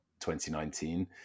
2019